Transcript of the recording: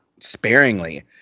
sparingly